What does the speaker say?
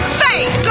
face